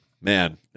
man